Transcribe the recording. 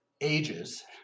ages